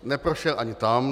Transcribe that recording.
Neprošel ani tam.